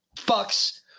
fucks